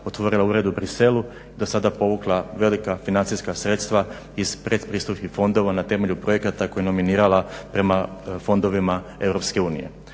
otvorila ured u Bruxellesu i dosada povukla velika financijska sredstva iz pretpristupnih fondova na temelju projekata koje je nominirala prema fondovima EU.